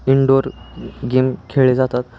indoor game खेळले जातात